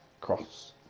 cross